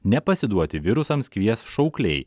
nepasiduoti virusams kvies šaukliai